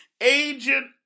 agent